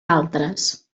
altres